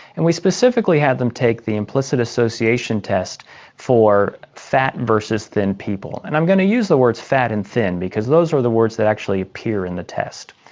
and we specifically had them take the implicit association test for fat versus thin people, and i'm going to use the words fat and thin because those are the words that actually appear in the test.